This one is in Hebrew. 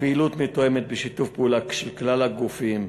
הפעילות מתואמת, בשיתוף פעולה של כלל הגופים,